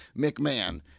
McMahon